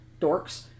Dorks